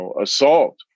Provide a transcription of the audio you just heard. assault